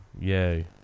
yay